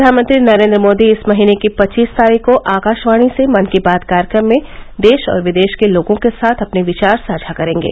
प्रधानमंत्री नरेंद्र मोदी इस महीने की पच्चीस तारीख को आकाशवाणी से मन की बात कार्यक्रम में देश और विदेश के लोगों के साथ अपने विचार साझा करेंगे